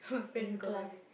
in class